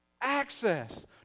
access